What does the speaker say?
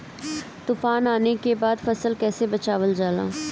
तुफान आने के बाद फसल कैसे बचावल जाला?